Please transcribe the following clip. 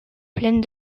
plaine